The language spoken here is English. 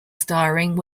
starring